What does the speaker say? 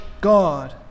God